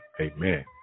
Amen